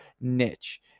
niche